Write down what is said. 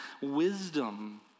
wisdom